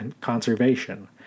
conservation